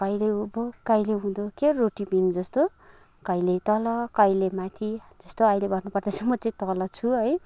कहिले उँभो कहिले उँधो के रोटेपिङ जस्तो कहिले तल कहिले माथि जस्तो अहिले गर्नु पर्दैछ म चाहिँ तल छु है